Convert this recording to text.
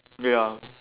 ya